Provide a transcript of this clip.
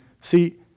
See